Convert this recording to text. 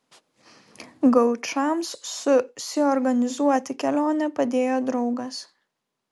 gaučams susiorganizuoti kelionę padėjo draugas